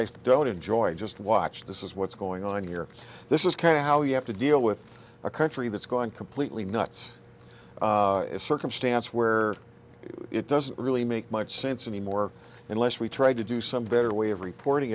taste don't enjoy just watch this is what's going on here this is kind of how you have to deal with a country that's gone completely nuts a circumstance where it doesn't really make much sense anymore unless we try to do some better way of reporting